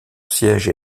siège